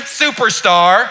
superstar